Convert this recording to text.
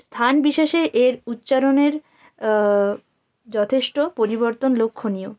স্থান বিশেষে এর উচ্চারণের যথেষ্ট পরিবর্তন লক্ষ্যণীয়